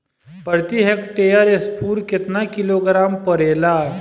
प्रति हेक्टेयर स्फूर केतना किलोग्राम पड़ेला?